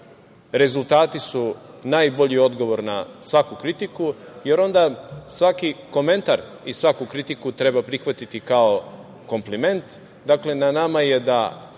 Rezultati su najbolji odgovor na svaku kritiku, jer onda svaki komentar i svaku kritiku treba prihvatiti kao kompliment. Dakle, na nama je da